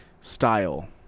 style